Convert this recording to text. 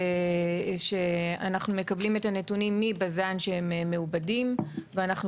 שאנחנו מקבלים את הנתונים מבז"ן שהם מעובדים ואנחנו